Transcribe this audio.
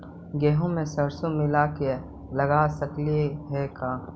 गेहूं मे सरसों मिला के लगा सकली हे का?